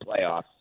playoffs